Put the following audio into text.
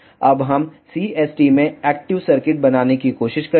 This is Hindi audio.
अब हम CST में एक्टिव सर्किट बनाने की कोशिश करेंगे